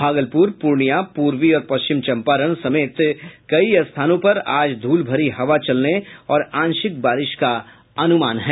भागलपुर पूर्णिया पूर्वी और पश्चिमी चंपारण समेत कई स्थानों पर आज धूल भरी हवा चलने और आंशिक बारिश का अनुमान है